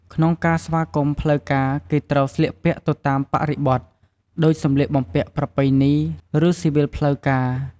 ក្នុងការស្វាគមន៍ផ្លូវការគេត្រូវស្លៀកពាក់ទៅតាមបរិបទ ដូចសម្លៀកបំពាក់ប្រពៃណី ឬស៊ីវិលផ្លូវការ ។